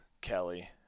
Kelly